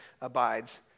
abides